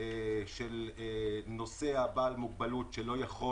של נוסע עם מוגבלות שלא יכול